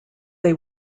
they